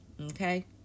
Okay